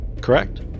Correct